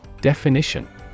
Definition